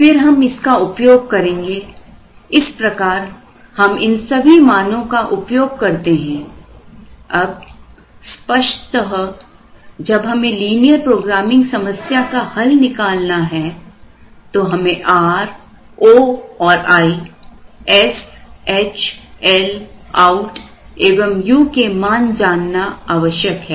फिर हमइसका उपयोग करेंगे इस प्रकार हम इन सभी मानों का उपयोग करते हैं अब स्पष्टत जब हमें लीनियर प्रोग्रामिंग समस्या का हल निकालना है तो हमें R O और I S H L OUT एवं Uके मान जानना आवश्यक है